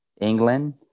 england